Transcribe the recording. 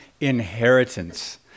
inheritance